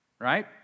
Right